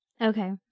okay